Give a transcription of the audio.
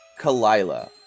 Kalila